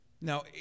Now